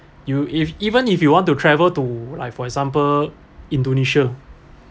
you if even if you want to travel to like for example indonesia